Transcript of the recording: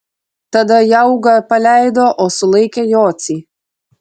tada jaugą paleido o sulaikė jocį